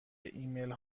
ایمیل